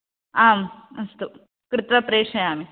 आम् अस्तु कृत्वा प्रेषयामि